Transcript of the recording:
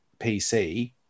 PC